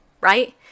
Right